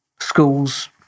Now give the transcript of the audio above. schools